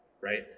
right